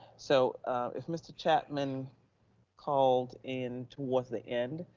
so if mr. chapman called in towards the end,